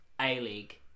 A-League